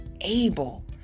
able